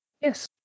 Yes